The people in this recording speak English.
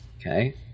Okay